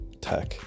tech